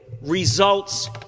results